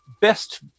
best